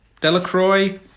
Delacroix